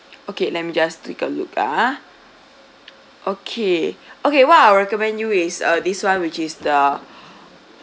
okay let me just take a look ah okay okay what I recommend you is uh this [one] which is the